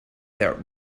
that